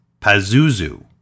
Pazuzu